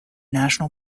national